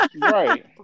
Right